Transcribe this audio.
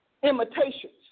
Imitations